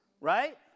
Right